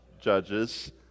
Judges